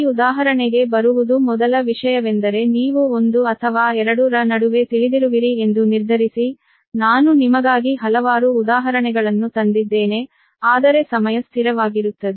ಈ ಉದಾಹರಣೆಯಲ್ಲಿ ಮೊದಲ ವಿಷಯವೆಂದರೆ ನೀವು 1 ಅಥವಾ 2 ರ ನಡುವೆ ತಿಳಿದಿರುವಿರಿ ಎಂದು ನಿರ್ಧರಿಸಿ ನಾನು ನಿಮಗಾಗಿ ಹಲವಾರು ಉದಾಹರಣೆಗಳನ್ನು ತಂದಿದ್ದೇನೆ ಆದರೆ ಸಮಯ ಸ್ಥಿರವಾಗಿರುತ್ತದೆ